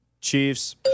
Chiefs